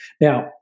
Now